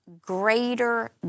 greater